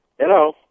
Hello